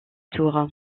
tour